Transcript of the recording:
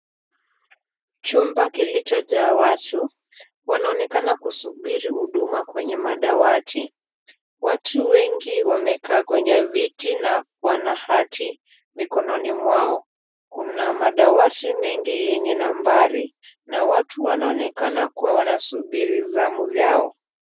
Chumba kilichojaa watu, wanaonekana kusubiri huduma kwenye madawati. Watu wengi wamekaa kwenye viti na wanahati mikononi mwao. Kuna madawati mengi yenye nambari na watu wanaonekana kuwa wanasubiri zamu yao.